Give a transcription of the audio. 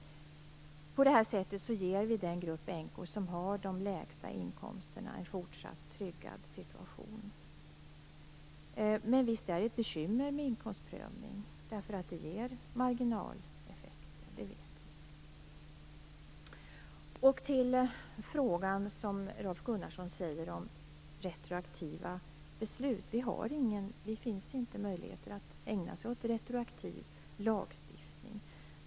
På det här sättet ger vi den grupp änkor som har de lägsta inkomsterna en fortsatt tryggad situation. Men visst är det ett bekymmer med inkomstprövning därför att det ger marginaleffekter - det vet vi. Rolf Gunnarsson ställde en fråga om retroaktiva beslut: Det finns inte möjligheter att ägna sig åt retroaktiv lagstiftning.